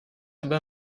über